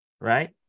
right